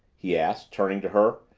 he asked, turning to her.